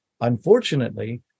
unfortunately